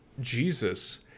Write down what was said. Jesus